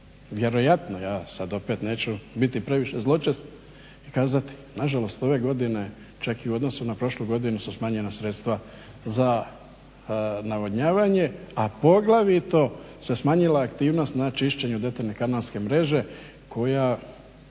vjerojatno ja sada opet neću biti previše zločest i kazati nažalost ove godine čak i u odnosu na prošlu godinu su smanjena sredstva za navodnjavanje, a poglavito se smanjila aktivnost na čišćenju detaljne kanalske mreže koja